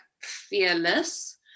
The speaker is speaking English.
fearless